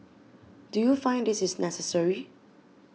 do you find this is necessary